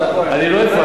אני לא הפרעתי לך.